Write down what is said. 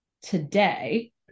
today